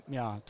ja